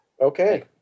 Okay